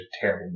terrible